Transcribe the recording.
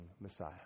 Messiah